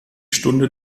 stunde